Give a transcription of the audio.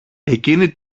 εκείνη